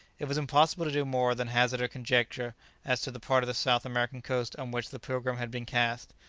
it was impossible to do more than hazard a conjecture as to the part of the south american coast on which the pilgrim had been cast.